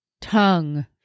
tongue